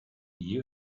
you